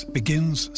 begins